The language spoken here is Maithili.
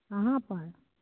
कहाँपर